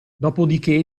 dopodiché